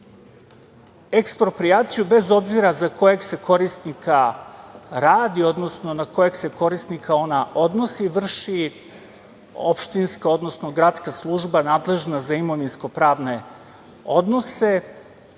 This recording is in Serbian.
procesa. Eksproprijaciju, bez obzira za kojeg se korisnika radi, odnosno na kojeg se korisnika ona odnosi, vrši opštinska, odnosno gradska služba nadležna za imovinsko-pravne odnose.